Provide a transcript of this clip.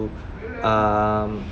um